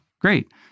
great